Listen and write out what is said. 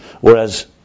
Whereas